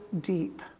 deep